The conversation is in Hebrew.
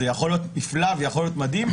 זה יכול להיות נפלא ויכול להיות מדהים,